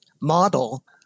model